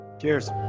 cheers